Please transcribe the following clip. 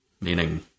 meaning